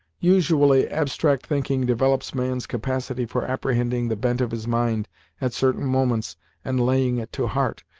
usually abstract thinking develops man's capacity for apprehending the bent of his mind at certain moments and laying it to heart,